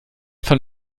von